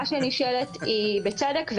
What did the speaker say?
השאלה שנשאלת היא בצדק,